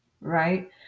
right